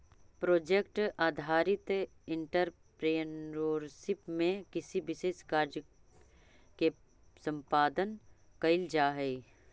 project आधारित entrepreneurship में किसी विशेष कार्य के संपादन कईल जाऽ हई